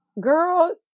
girl